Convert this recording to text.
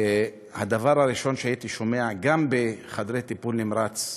הדבר הראשון שהייתי שומע, גם בחדרי טיפול נמרץ,